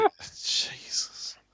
Jesus